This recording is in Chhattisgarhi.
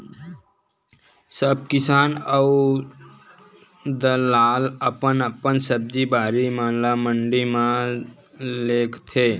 सब किसान अऊ दलाल अपन अपन सब्जी भाजी म ल मंडी म लेगथे